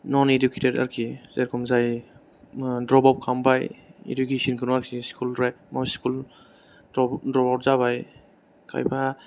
न'न इडुकेटेट आरखि जेरैखम जाय द्रपआउट खालामबाय इडुकेसनखौ आरोखि स्कुलद्राय स्कुल द्रपआउट जाबाय खायफा